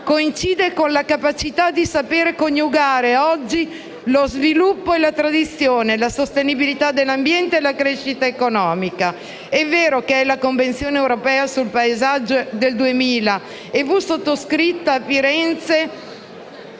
coincide con la capacità di saper coniugare oggi sviluppo e tradizione, sostenibilità dell'ambiente e crescita economica. La Convenzione europea sul paesaggio del 2000 fu sottoscritta a Firenze